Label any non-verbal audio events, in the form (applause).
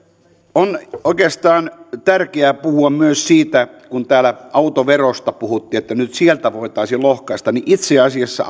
on oikeastaan tärkeää puhua myös siitä kun täällä autoverosta puhuttiin että nyt sieltä voitaisiin lohkaista että itse asiassa (unintelligible)